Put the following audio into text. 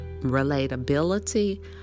relatability